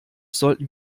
sollten